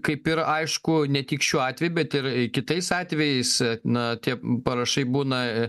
kaip ir aišku ne tik šiuo atveju bet ir kitais atvejais na tie parašai būna